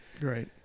Right